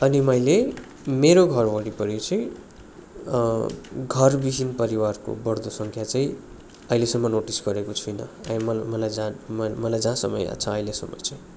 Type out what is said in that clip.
अनि मैले मेरो घर वरिपरि चाहिँ घरविहीन परिवारको बढ्दो सङ्ख्या चाहिँ आहिलेसम्म नोटिस गरेको छुइनँ अहि मलाई मलाई जान मलाई जहाँसम्म याद छ अहिलेसम्म चाहिँ